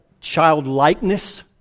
childlikeness